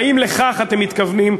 האם לכך אתם מתכוונים,